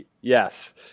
Yes